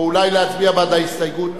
או אולי להצביע בעד ההסתייגות